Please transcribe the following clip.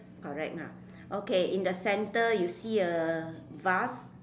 correct ah okay in the center you see a vase